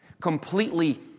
completely